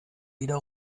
wieder